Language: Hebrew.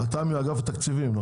אתה מאגף התקציבים?